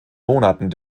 monaten